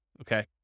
Okay